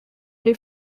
les